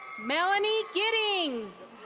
melanie giddings.